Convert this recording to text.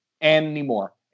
anymore